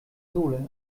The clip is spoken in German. sohle